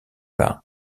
par